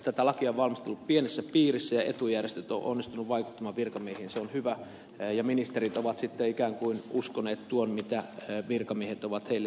tätä lakia on valmisteltu pienessä piirissä ja etujärjestöt ovat onnistuneet vaikuttamaan virkamiehiin se on hyvä ja ministerit ovat sitten ikään kuin uskoneet tuon mitä virkamiehet ovat heille syöttäneet